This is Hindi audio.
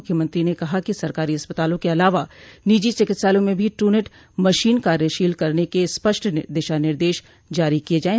मुख्यमंत्री ने कहा कि सरकारी अस्पतालों के अलावा निजी चिकित्सालयों में भी ट्रूनेट मशीन कार्यशील करने का स्पष्ट दिशा निर्देश जारी किया जाये